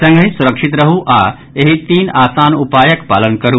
संगहि सुरक्षित रहू आ एहि तीन आसान उपायक पालन करू